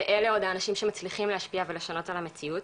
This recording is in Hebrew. ואלה עוד האנשים שמצליחים להשפיע ולשנות את המציאות.